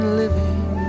living